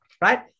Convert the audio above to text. Right